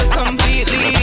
completely